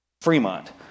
Fremont